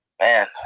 Man